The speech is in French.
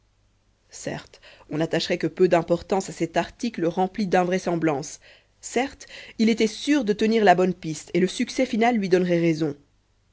certes on n'attacherait que peu d'importance à cet article rempli d'invraisemblances certes il était sûr de tenir la bonne piste et le succès final lui donnerait raison